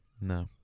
No